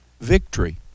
victory